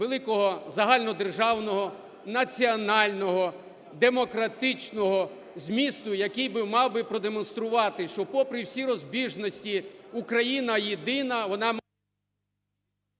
великого загальнодержавного національного демократичного змісту, який мав би продемонструвати, що попри всі розбіжності Україна єдина, вона… Веде засідання